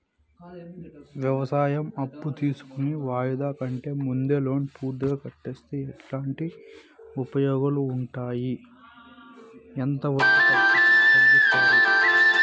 వ్యవసాయం అప్పు తీసుకొని వాయిదా కంటే ముందే లోను పూర్తిగా కట్టేస్తే ఎట్లాంటి ఉపయోగాలు ఉండాయి? ఎంత వడ్డీ తగ్గిస్తారు?